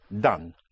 done